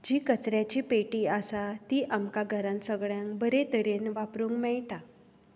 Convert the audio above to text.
जी कचऱ्याची पेटी आसा ती आमकां घरांत सगल्यांक बरे तरेन वापरूंक मेळटा